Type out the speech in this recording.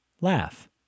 Laugh